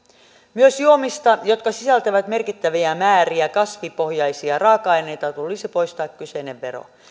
myös juomista jotka sisältävät merkittäviä määriä kasvipohjaisia raaka aineita tulisi poistaa kyseinen vero